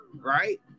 right